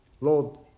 Lord